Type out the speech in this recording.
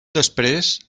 després